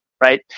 right